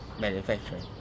manufacturing